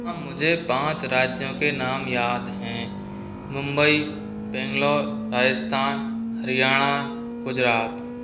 हाँ मुझे पाँच राज्यों के नाम याद हैं मुंबई बैंगलोर राजस्थान हरियाणा गुजरात